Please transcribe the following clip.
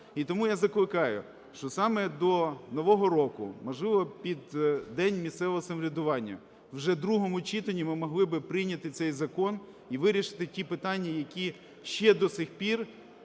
І тому я закликаю, що саме до нового року, можливо, під день місцевого самоврядування, вже в другому читанні ми могли би прийняти цей закон і вирішити ті питання, які… ще до сих пір